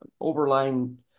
overlying